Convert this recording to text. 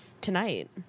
tonight